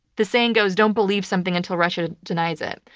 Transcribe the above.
the saying goes, don't believe something until russia denies it.